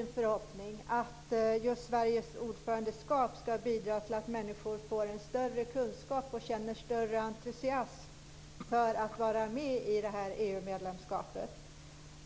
en förhoppning att Sveriges ordförandeskap ska bidra till att människor får en större kunskap och känner större entusiasm för EU medlemskapet.